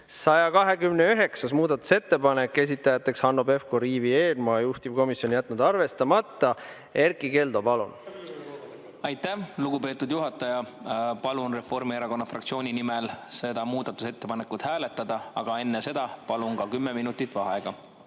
129. muudatusettepanek, esitajad Hanno Pevkur ja Ivi Eenmaa, juhtivkomisjon on jätnud arvestamata. Erkki Keldo, palun! Aitäh, lugupeetud juhataja! Palun Reformierakonna fraktsiooni nimel seda muudatusettepanekut hääletada, aga enne seda palun ka kümme minutit vaheaega.